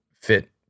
fit